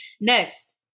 Next